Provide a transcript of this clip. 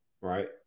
right